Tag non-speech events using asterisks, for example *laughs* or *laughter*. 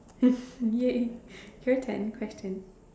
*laughs* !yay! your turn question